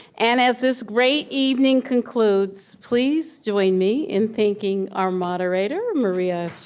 and as this great evening concludes, please join me in thanking our moderator, maria so